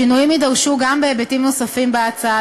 שינויים יידרשו גם בהיבטים נוספים בהצעה,